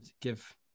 give